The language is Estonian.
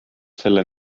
selle